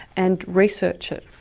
and research it.